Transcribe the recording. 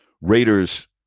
Raiders